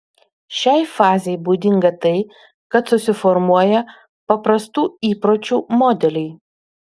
šiai fazei būdinga tai kad susiformuoja paprastų įpročių modeliai